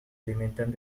alimentan